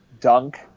dunk